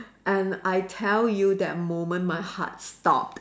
and I tell you that moment my heart stopped